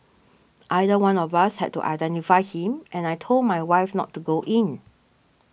either one of us had to identify him and I told my wife not to go in